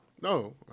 No